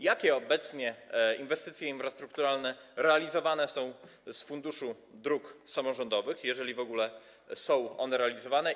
Jakie obecnie inwestycje infrastrukturalne realizowane są na podstawie środków Funduszu Dróg Samorządowych, jeżeli w ogóle są one realizowane?